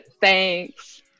Thanks